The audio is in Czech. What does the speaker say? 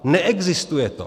Neexistuje to.